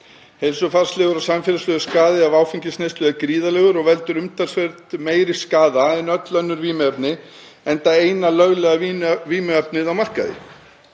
Heilsufarslegur og samfélagslegur skaði af áfengisneyslu er gríðarlegur og veldur umtalsvert meiri skaða en öll önnur vímuefni, enda eina löglega vímuefnið á markaði.